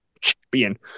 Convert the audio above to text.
champion